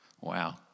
Wow